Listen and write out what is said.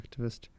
activist